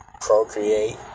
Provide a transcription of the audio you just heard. procreate